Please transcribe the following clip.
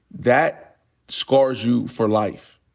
that scars you for life.